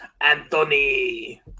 Anthony